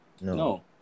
No